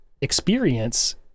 experience